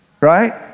right